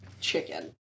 chicken